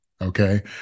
Okay